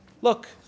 Look